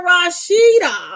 Rashida